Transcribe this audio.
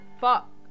fuck